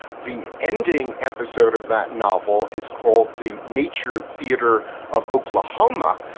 the ending episode of that novel is called the nature theater of oklahoma,